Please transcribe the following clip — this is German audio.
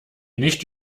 nicht